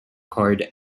cord